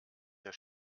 der